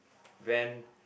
bend